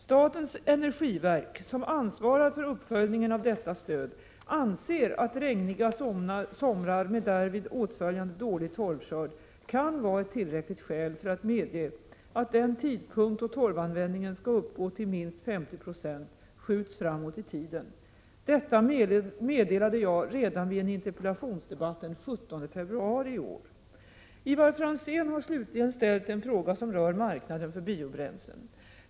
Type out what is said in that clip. Statens energiverk, som ansvarar för uppföljningen av detta stöd, anser att regniga somrar med därvid åtföljande dålig torvskörd kan vara ett tillräckligt skäl för att medge att den tidpunkt, då torvanvändningen skall uppgå till minst 50 20, skjuts framåt i tiden. Detta meddelade jag redan vid en interpellationsdebatt den 17 februari i år. Ivar Franzén har slutligen ställt en fråga som rör marknaden för biobränslen.